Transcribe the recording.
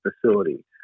facility